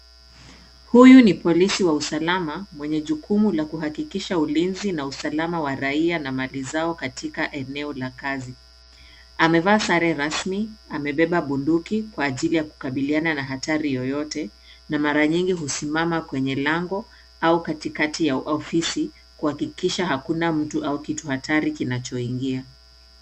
Huyu ni polisi wa usalama mwenye jukumu la kuhakikisha ulinzi na usalama wa raia na mali zao katika eneo la kazi. Amevaa sare rasmi, amebeba bunduki kwa ajili ya kukabiliana na hatari yoyote na mara nyingi husimama kwenye lango au katikati ya ofisi kuhakikisha hakuna mtu au kitu hatari kinachoingia.